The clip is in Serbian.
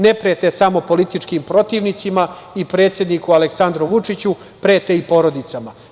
Ne prete samo političkim protivnicima i predsedniku Aleksandru Vučiću, prete i porodicama.